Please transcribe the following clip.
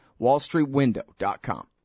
WallStreetWindow.com